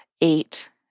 eight